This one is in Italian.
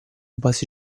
base